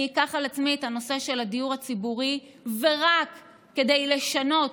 אני אקח על עצמי את הנושא של הדיור הציבורי ורק כדי לשנות